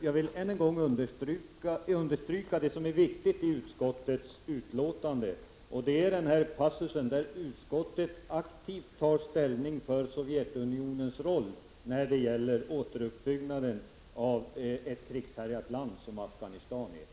Jag vill än en gång understryka det som är viktigt i utskottets utlåtande, nämligen den passus där utskottet aktivt tar ställning för Sovjetunionens roll när det gäller återuppbyggnaden av det krigshärjade land som Afghanistan är.